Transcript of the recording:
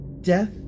death